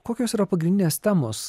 kokios yra pagrindinės temos